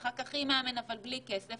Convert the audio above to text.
ואחרי כך עם מאמן בלי כסף,